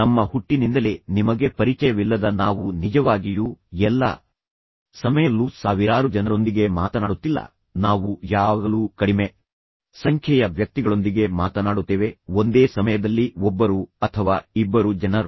ನಮ್ಮ ಹುಟ್ಟಿನಿಂದಲೇ ನಿಮಗೆ ಪರಿಚಯವಿಲ್ಲದ ನಾವು ನಿಜವಾಗಿಯೂ ಎಲ್ಲಾ ಸಮಯದಲ್ಲೂ ಸಾವಿರಾರು ಜನರೊಂದಿಗೆ ಮಾತನಾಡುತ್ತಿಲ್ಲ ನಾವು ಯಾವಾಗಲೂ ಕಡಿಮೆ ಸಂಖ್ಯೆಯ ವ್ಯಕ್ತಿಗಳೊಂದಿಗೆ ಮಾತನಾಡುತ್ತೇವೆ ಒಂದೇ ಸಮಯದಲ್ಲಿ ಒಬ್ಬರು ಅಥವಾ ಇಬ್ಬರು ಜನರು